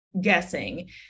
guessing